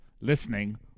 listening